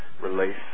release